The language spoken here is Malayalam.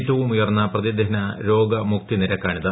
ഏറ്റവും ഉയർന്ന പ്രതിദിന രോഗമുക്തി നിരക്കാണിത്